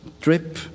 trip